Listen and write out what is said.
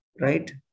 Right